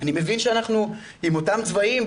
אני מבין שאנחנו עם אותם צבעים,